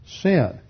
sin